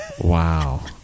Wow